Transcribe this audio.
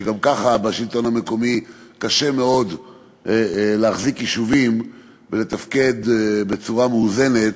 גם ככה בשלטון המקומי קשה מאוד להחזיק יישובים ולתפקד בצורה מאוזנת,